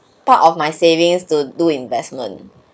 part of my savings to do investment